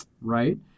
right